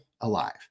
alive